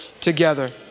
together